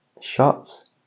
shots